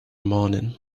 morning